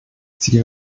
sie